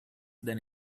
than